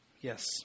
Yes